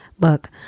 Look